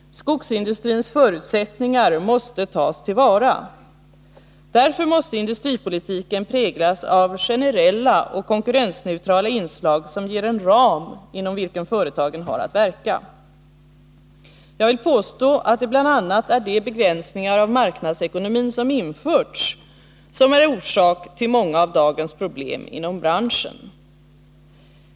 Skogsindustrins förutsättningar måste tas till vara. Därför måste industripolitiken präglas av generella och konkurrensneutrala inslag som ger en ram, inom vilken företagen har att verka. Jag vill påstå att det bl.a. är de begränsningar av marknadsekonomin som införts som är orsak till många av dagens problem inom branschen.